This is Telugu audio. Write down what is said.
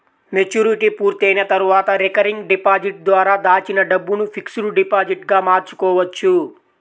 మెచ్యూరిటీ పూర్తయిన తర్వాత రికరింగ్ డిపాజిట్ ద్వారా దాచిన డబ్బును ఫిక్స్డ్ డిపాజిట్ గా మార్చుకోవచ్చు